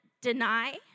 deny